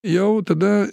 jau tada